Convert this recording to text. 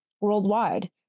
worldwide